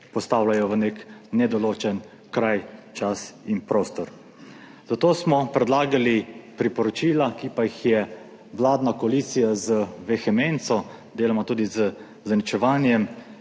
postavljajo v nek nedoločen kraj, čas in prostor. Zato smo predlagali priporočila, ki pa jih je vladna koalicija z vehemenco, deloma tudi z zaničevanjem